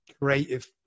creative